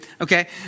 okay